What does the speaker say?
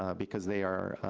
um because they are,